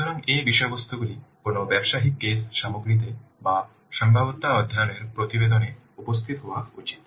সুতরাং এই বিষয়বস্তুগুলি কোনও ব্যবসায়িক কেস সামগ্রীতে বা সম্ভাব্যতা অধ্যয়ন এর প্রতিবেদনে উপস্থিত হওয়া উচিত